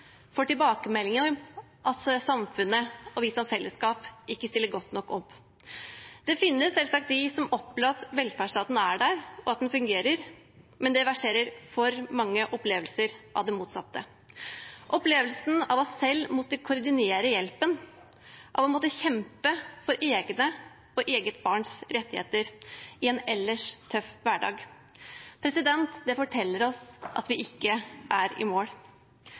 tilbakemeldinger om at samfunnet og vi som fellesskap ikke stiller godt nok opp. Det finnes selvsagt de som opplever at velferdsstaten er der, og at den fungerer, men det verserer for mange opplevelser av det motsatte – opplevelsen av selv å måtte koordinere hjelpen, av å måtte kjempe for egne og eget barns rettigheter i en ellers tøff hverdag. Det forteller oss at vi ikke er i mål.